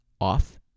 off